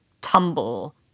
tumble